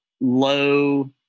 low